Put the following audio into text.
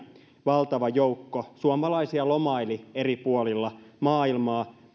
valtava joukko suomalaisia lomaili eri puolilla maailmaa ja